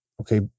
okay